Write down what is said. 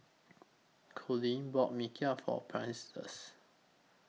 Colleen bought Mee Kuah For Prentiss